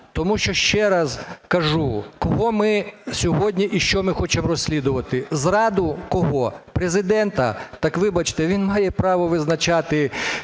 Тому що ще раз кажу, кого ми і що ми хочемо сьогодні розслідувати? Зраду кого – Президента? Так, вибачте, він має право визначати,